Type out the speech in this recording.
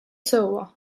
sewwa